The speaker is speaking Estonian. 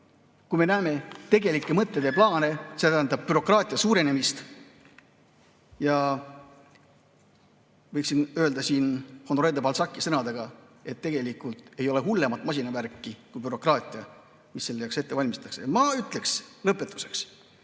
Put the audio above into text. kui me näeme tegelikke mõtteid ja plaane, see tähendab bürokraatia suurenemist. Võiksin öelda siin Honoré de Balzaci sõnadega, et tegelikult ei ole hullemat masinavärki kui bürokraatia, mis selle jaoks ette valmistatakse. Ma ütlen lõpetuseks,